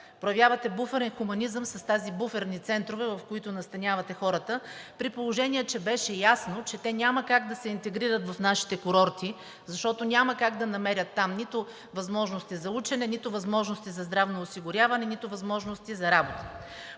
проявявате буферен хуманизъм с тези буферни центрове, в които настанявате хората, при положение че беше ясно, че те няма как да се интегрират в нашите курорти, защото няма как да намерят там нито възможности за учене, нито възможности за здравно осигуряване, нито възможности за работа.